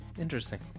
Interesting